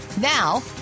Now